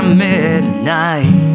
midnight